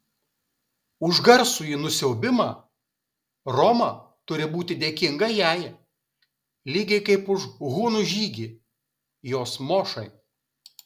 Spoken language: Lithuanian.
už garsųjį nusiaubimą roma turi būti dėkinga jai lygiai kaip už hunų žygį jos mošai